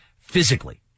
physically